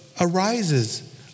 arises